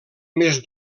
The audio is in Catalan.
més